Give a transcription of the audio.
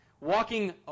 walking